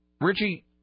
Richie